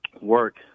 work